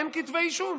אין כתבי אישום.